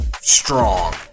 strong